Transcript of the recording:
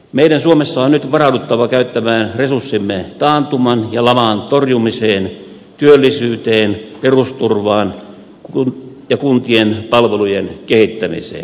meidän suomessa on nyt varauduttava käyttämään resurssimme taantuman ja laman torjumiseen työllisyyteen perusturvaan ja kuntien palvelujen kehittämiseen